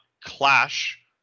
clash